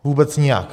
Vůbec nijak.